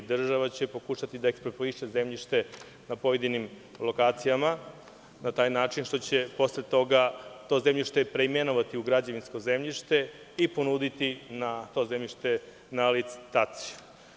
Država će pokušati da ekspropriše zemljište na pojedinim lokacijama, na taj način što će posle toga to zemljište preimenovati u građevinsko zemljište i ponuditi to zemljište na licitaciju.